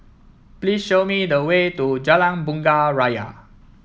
please show me the way to Jalan Bunga Raya